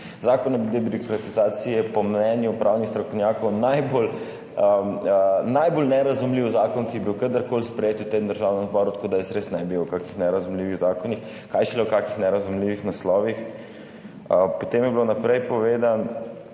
Zakon o debirokratizaciji je po mnenju pravnih strokovnjakov najbolj nerazumljiv zakon, ki je bil kadarkoli sprejet v Državnem zboru, tako da jaz res ne bi o kakšnih nerazumljivih zakonih, kaj šele o kakšnih nerazumljivih naslovih. Potem je bilo povedano,